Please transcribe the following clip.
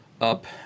up